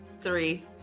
Three